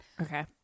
okay